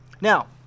Now